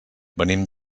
venim